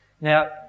Now